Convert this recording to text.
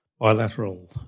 bilateral